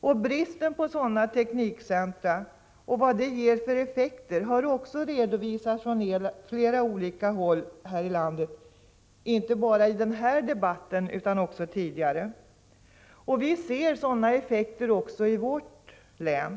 Vilka effekter som bristen på teknikcentra ger har redovisats från flera olika håll i landet, inte bara i denna debatt utan också tidigare. Vi ser sådana effekter även i vårt län.